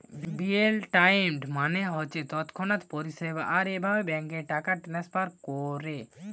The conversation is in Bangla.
রিয়েল টাইম মানে হচ্ছে তৎক্ষণাৎ পরিষেবা আর এভাবে ব্যাংকে টাকা ট্রাস্নফার কোরে